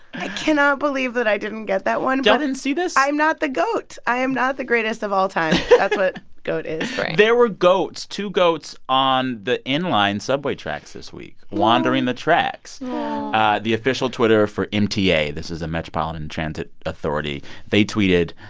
i cannot believe that i didn't get that one y'all didn't see this? i'm not the goat. i am not the greatest of all time that's what goat is there were goats two goats on the inline subway tracks this week wandering the tracks aww the official twitter for mta this is the metropolitan transit authority they tweeted,